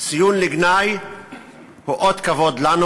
הציון לגנאי הוא אות כבוד לנו.